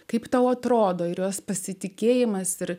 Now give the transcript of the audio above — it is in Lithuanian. kaip tau atrodo jos pasitikėjimas ir